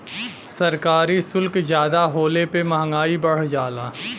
सरकारी सुल्क जादा होले पे मंहगाई बढ़ जाला